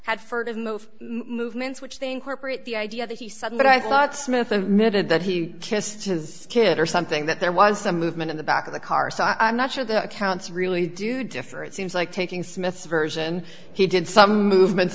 had furtive move movements which they incorporate the idea that he suddenly i thought smith a minute that he kissed his kid or something that there was some movement in the back of the car so i'm not sure that accounts really do differ it seems like taking smith's version he did some movements